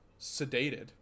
sedated